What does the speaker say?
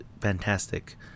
fantastic